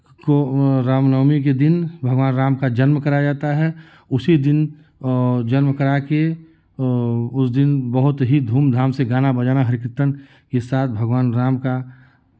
राम नवमी के दिन भगवान राम का जन्म कराया जाता है उसी दिन जन्म करा के उस दिन बहुत ही धूम धाम से गाना बजाना भजन कीर्तन के साथ भगवान राम का